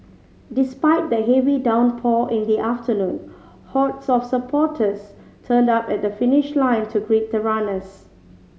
despite the heavy downpour in the afternoon hordes of supporters turned up at the finish line to greet the runners